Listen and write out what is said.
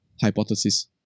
hypothesis